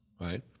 right